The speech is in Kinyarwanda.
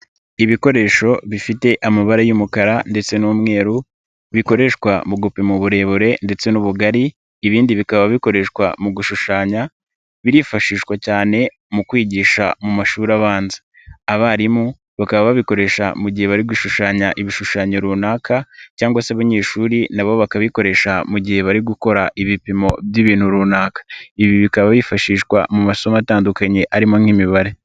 Ibikoresho bifite amabara y'umukara ndetse n'umweru bikoreshwa mu gupima uburebure ndetse n'ubugari ibindi bikaba bikoreshwa mu gushushanya birifashishwa cyane mu kwigisha mu mashuri abanza, abarimu bakaba babikoresha mu gihe bari gushushanya ibishushanyo runaka cyangwa se abanyeshuri na bo bakabikoresha mu gihe bari gukora ibipimo by'ibintu runaka, ibi bikaba bifashishwa mu masomo atandukanye arimo nk'imibare.